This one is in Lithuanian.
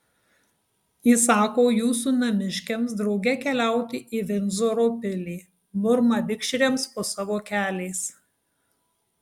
įsako jūsų namiškiams drauge keliauti į vindzoro pilį murma vikšriams po savo keliais